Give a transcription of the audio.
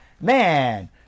Man